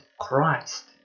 Christ